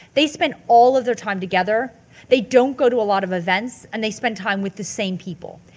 they spend all of their time together they don't go to a lot of events and they spend time with the same people.